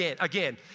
again